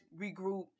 regroup